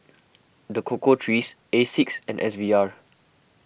the Cocoa Trees Asics and S V R